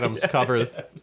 cover